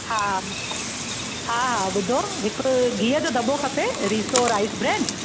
हा हा हा ॿुधो हिकु गिह जो दॿो खपे रीसो राइसब्रैन